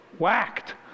whacked